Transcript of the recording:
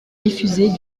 diffusée